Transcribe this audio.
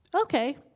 okay